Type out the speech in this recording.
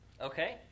okay